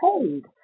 paid